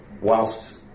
whilst